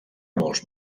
molts